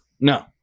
no